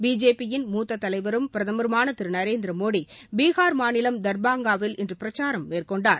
பிஜேபியின் மூத்த தலைவரும் பிரதருமான திரு நரேந்திரமோடி பீகார் மாநிலம் தர்பங்காவில் இன்று பிரச்சாரம் மேற்கொண்டார்